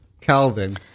Calvin